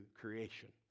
creation